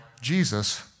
Jesus